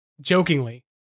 jokingly